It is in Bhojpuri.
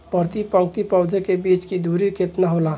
प्रति पंक्ति पौधे के बीच की दूरी केतना होला?